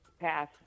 Pass